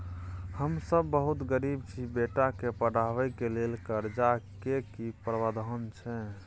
हम सब बहुत गरीब छी, बेटा के पढाबै के लेल कर्जा के की प्रावधान छै?